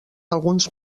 alguns